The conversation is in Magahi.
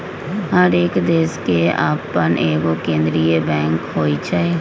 हरेक देश के अप्पन एगो केंद्रीय बैंक होइ छइ